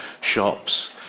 shops